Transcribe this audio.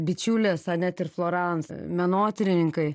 bičiulės anet ir florans menotyrininkai